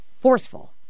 forceful